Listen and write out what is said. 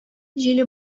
җиле